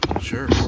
sure